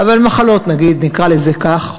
אבל מחלות, נקרא לזה כך.